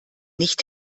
nicht